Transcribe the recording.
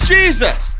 Jesus